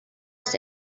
des